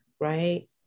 right